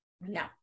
No